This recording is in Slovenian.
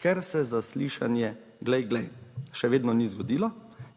Ker se zaslišanje, - glej, glej, - še vedno ni zgodilo,